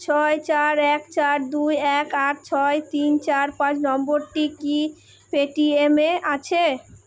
ছয় চার এক চার দুই এক আট ছয় তিন চার পাঁচ নম্বরটি কি পেটিএমে আছে